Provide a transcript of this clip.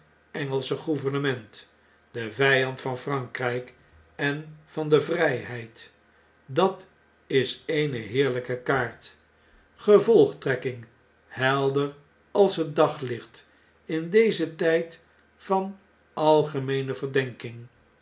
engelsche gouvernement de vjjand van frankr g k en van de vrjjheid dat is eene heerlgke kaart gevolgtrekking helder als hetdaglicht in dezen tn'd van algemeene verdenking